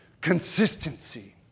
consistency